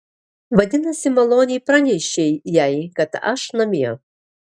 vadinasi maloniai pranešei jai kad aš namie